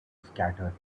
scattered